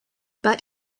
but